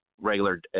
regular